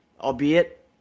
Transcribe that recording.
albeit